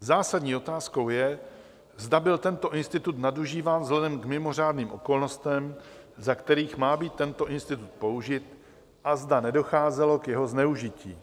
Zásadní otázkou je, zda byl tento institut nadužíván vzhledem k mimořádným okolnostem, za kterých má být tento institut použit, a zda nedocházelo k jeho zneužití.